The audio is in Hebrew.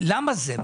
למה זה?